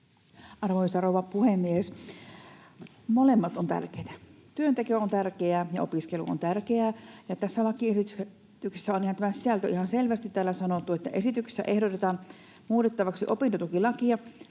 Arvoisa rouva puhemies! Molemmat ovat tärkeitä: työnteko on tärkeää ja opiskelu on tärkeää. Tässä lakiesityksessä on tämä sisältö ihan selvästi täällä sanottu: ”Esityksessä ehdotetaan muutettavaksi opintotukilakia.